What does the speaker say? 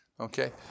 Okay